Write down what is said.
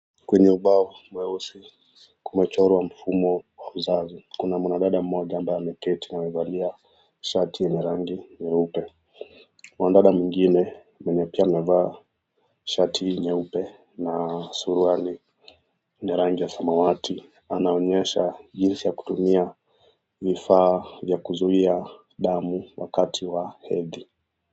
Kwenye ubao mweusi kumechorwa mfumo wa uzazi. Kuna mwanadada mmoja ambaye ameketi amevalia shati yenye rangi nyeupe. Kuna mwanadada mwenye pia amevaa shati nyeupe na suruali la rangi ya samawati. Anaonyesha jinsi ya kutumia vifaa vya kuzuia damu wakati wa hedhi.